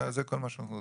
זה כל מה שאנחנו רוצים.